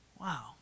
Wow